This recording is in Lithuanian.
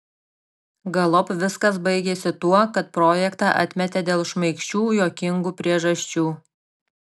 galop viskas baigėsi tuo kad projektą atmetė dėl šmaikščių juokingų priežasčių